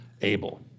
able